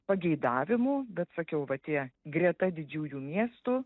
pageidavimų bet sakiau va tie greta didžiųjų miestų